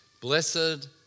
Blessed